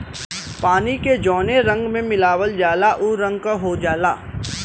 पानी के जौने रंग में मिलावल जाला उ रंग क हो जाला